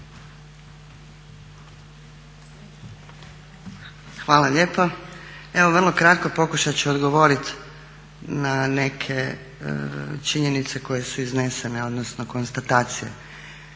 Hvala lijepa. Evo vrlo kratko pokušat ću odgovoriti na neke činjenice koje su iznesene, odnosno konstatacije.